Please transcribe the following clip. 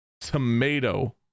Tomato